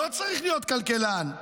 לא צריך להיות כלכלן,